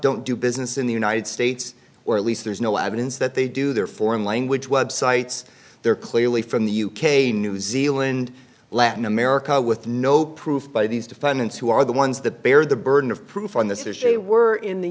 don't do business in the united states or at least there's no evidence that they do their foreign language websites they're clearly from the u k new zealand latin america with no proof by these defendants who are the ones that bear the burden of proof on this issue they were in the